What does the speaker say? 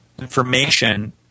information